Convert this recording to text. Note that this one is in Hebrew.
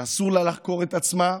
שאסור לה לחקור את עצמה,